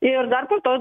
ir dar po to